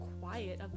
quiet